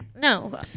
no